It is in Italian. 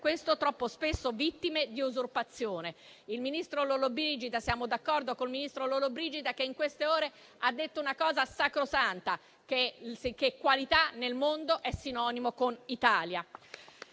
questo troppo spesso vittime di usurpazione. Siamo d'accordo con il ministro Lollobrigida, che in queste ore ha detto una cosa sacrosanta, cioè che qualità nel mondo è sinonimo di Italia.